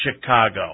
Chicago